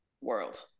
world